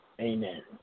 Amen